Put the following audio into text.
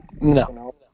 No